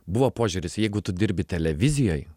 buvo požiūris jeigu tu dirbi televizijoj